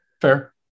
Fair